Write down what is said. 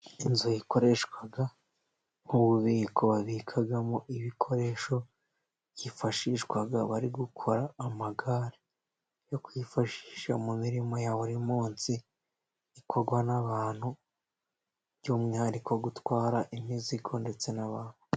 Inzu ikoreshwa nk'ububiko, babikamo ibikoresho byifashishwa bari gukora amagare yo kwifashisha, mu mirimo ya buri munsi. ikorwa n'abantu by'umwihariko gutwara imizigo ndetse n'abantu.